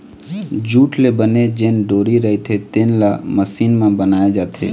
jute ले बने जेन डोरी रहिथे तेन ल मसीन म बनाए जाथे